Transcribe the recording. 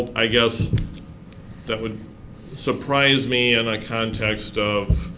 i guess that would surprise me in a context of.